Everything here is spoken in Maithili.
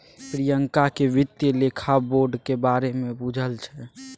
प्रियंका केँ बित्तीय लेखा बोर्डक बारे मे बुझल छै